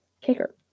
kicker